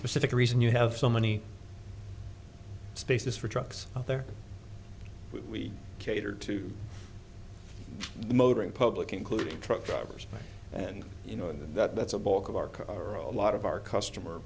specific reason you have so many spaces for trucks out there we cater to the motoring public including truck drivers and you know that that's a bulk of our car a lot of our customer